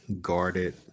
guarded